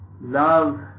Love